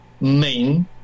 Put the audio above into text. main